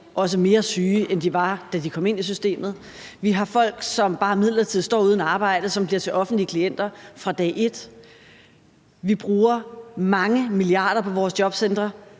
mere syge, end de var, da de kom ind i systemet. Vi har folk, som bare midlertidigt står uden arbejde, og som bliver til offentlige klienter fra dag et. Vi bruger mange milliarder på vores jobcentre